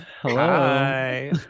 Hello